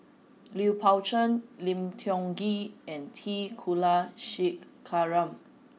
Lui Pao Chuen Lim Tiong Ghee and T Kulasekaram